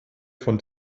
von